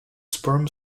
sperm